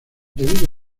debido